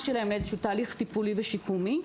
שלהם לאיזשהו תהליך טיפולי ושיקומי.